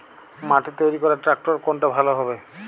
মাটি তৈরি করার ট্রাক্টর কোনটা ভালো হবে?